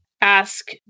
ask